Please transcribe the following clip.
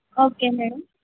okay madam